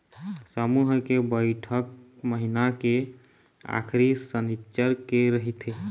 समूह के बइठक महिना के आखरी सनिच्चर के रहिथे